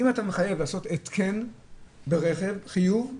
אם אתה מחייב לעשות התקן ברכב, חיוב,